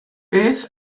beth